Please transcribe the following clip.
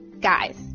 guys